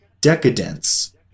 decadence